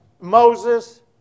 Moses